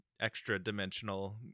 extra-dimensional